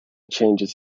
changes